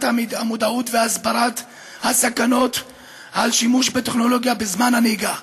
המודעות והסברת הסכנות של שימוש בטכנולוגיה בזמן הנהיגה.